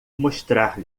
mostrar